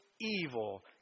evil